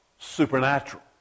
Supernatural